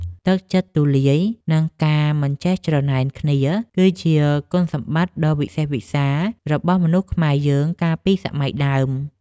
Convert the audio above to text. ទឹកចិត្តទូលាយ និងការមិនចេះច្រណែនគ្នា គឺជាគុណសម្បត្តិដ៏វិសេសវិសាលរបស់មនុស្សខ្មែរយើងកាលពីសម័យដើម។